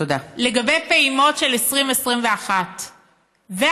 לגבי הפעימות של 2021. תודה.